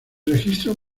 registro